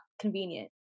convenient